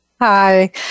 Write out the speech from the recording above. Hi